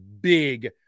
big